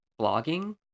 blogging